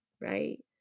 right